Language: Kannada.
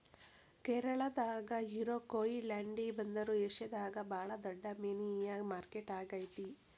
ಕೇರಳಾದಾಗ ಇರೋ ಕೊಯಿಲಾಂಡಿ ಬಂದರು ಏಷ್ಯಾದಾಗ ಬಾಳ ದೊಡ್ಡ ಮೇನಿನ ಮಾರ್ಕೆಟ್ ಆಗೇತಿ